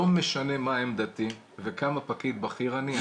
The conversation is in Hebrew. לא משנה מה עמדתי וכמה פקיד בכיר אני,